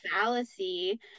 fallacy